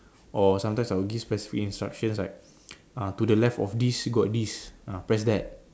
or sometimes I would give specific instruction like uh to the left of this got this ah press that